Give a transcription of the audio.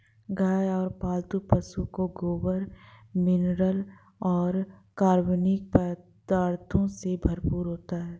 गाय और पालतू पशुओं का गोबर मिनरल्स और कार्बनिक पदार्थों से भरपूर होता है